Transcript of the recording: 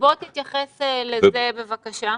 בוא תתייחס לזה, בבקשה.